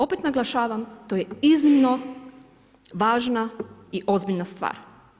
Opet naglašavam to je iznimno važna i ozbiljna stvar.